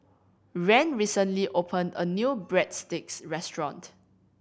Rand recently opened a new Breadsticks restaurant